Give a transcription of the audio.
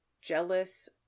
jealous